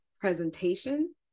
presentation